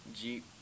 jeep